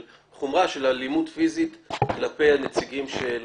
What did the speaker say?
של חומרה של אלימות פיזית כלפי הנציגים של